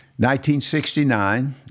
1969